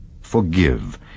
forgive